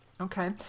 Okay